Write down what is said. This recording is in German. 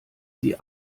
sie